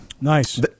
Nice